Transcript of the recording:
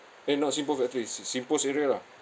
eh no singpost factory singpost area lah